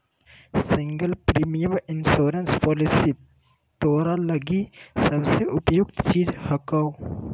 single premium insurance policy तोरा लगी सबसे उपयुक्त चीज हको